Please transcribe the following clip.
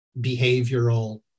behavioral